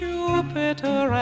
Jupiter